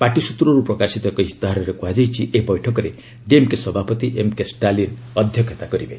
party ସୂତ୍ରରୁ ପ୍ରକାଶିତ ଏକ ଇସ୍ତାହାରରେ କୁହାଯାଇଛି ଏହି ବୈଠକରେ ଡିଏମ୍କେ ସଭାପତି ଏମ୍କେ ଷ୍ଟାଲିୟନ୍ ଅଧ୍ୟକ୍ଷତା କରିବେ